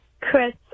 Chris